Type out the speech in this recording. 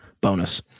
bonus